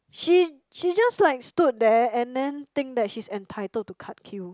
she she just like stood there and then think that she's entitled to cut queue